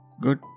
Good